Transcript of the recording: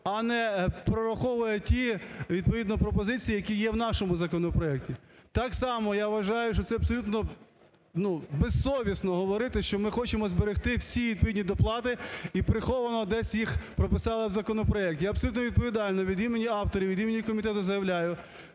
а не прораховує ті, відповідно, пропозиції, які є в нашому законопроекті. Так само я вважаю, що це абсолютно ну безсовісно говорити, що ми хочемо зберегти всі відповідні доплати і приховано їх десь прописали в законопроекті. Я абсолютно відповідально від імені авторів, від імені Комітету заявляю,